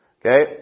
Okay